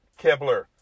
Kibler